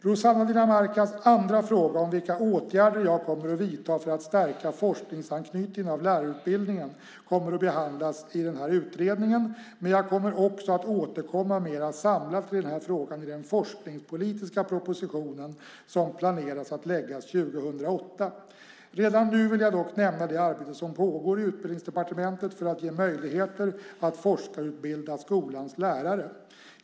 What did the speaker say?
Rossana Dinamarcas andra fråga om vilka åtgärder jag kommer att vidta för att stärka forskningsanknytningen av lärarutbildningen kommer att behandlas i denna utredning, men jag kommer också att återkomma mera samlat till den här frågan i den forskningspolitiska proposition som man planerar att lägga fram 2008. Redan nu vill jag dock nämna det arbete som pågår i Utbildningsdepartementet för att ge möjligheter att forskarutbilda skolans lärare.